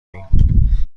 ایم